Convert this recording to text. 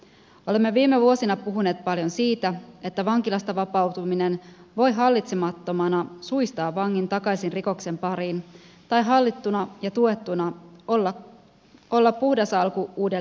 olemme viime vuosina puhuneet paljon siitä että vankilasta vapautuminen voi hallitsemattomana suistaa vangin takaisin rikoksen pariin tai hallittuna ja tuettuna olla puhdas alku uudelle elämälle